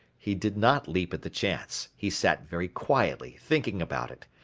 he did not leap at the chance. he sat very quietly thinking about it.